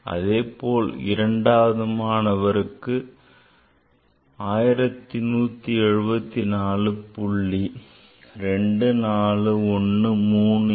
அதேபோல் இரண்டாவது மாணவருக்கு கணிப்பி அளித்த விடை 1174